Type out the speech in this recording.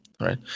Right